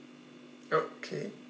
okay